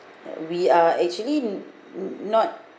we are actually not